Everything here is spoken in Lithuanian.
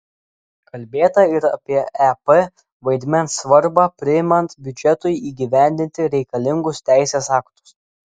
kalbėta ir apie ep vaidmens svarbą priimant biudžetui įgyvendinti reikalingus teisės aktus